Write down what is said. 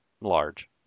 large